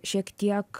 šiek tiek